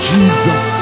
Jesus